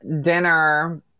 dinner